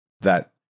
that-